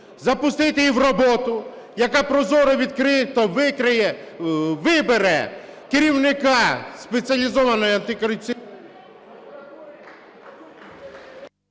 запустити її в роботу, яка прозоро і відкрито вибере керівника Спеціалізованої антикорупційної…